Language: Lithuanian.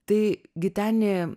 tai giteni